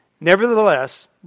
Nevertheless